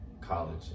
college